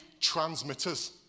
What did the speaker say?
transmitters